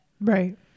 Right